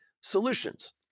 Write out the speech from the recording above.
solutions